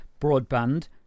broadband